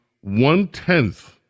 one-tenth